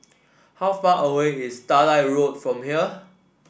how far away is Starlight Road from here